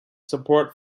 support